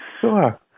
Sure